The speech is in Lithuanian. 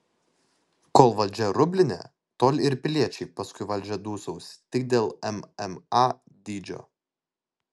kol valdžia rublinė tol ir piliečiai paskui valdžią dūsaus tik dėl mma dydžio